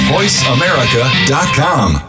VoiceAmerica.com